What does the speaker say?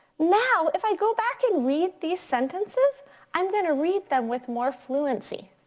now if i go back and read these sentences i'm gonna read them with more fluency.